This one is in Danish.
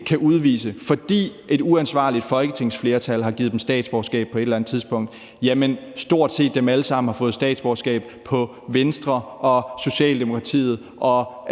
kan udvise, fordi et uansvarligt folketingsflertal har givet dem statsborgerskab på et eller andet tidspunkt – så har de stort set alle sammen har fået statsborgerskab på basis af Venstres, Socialdemokratiets og